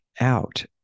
out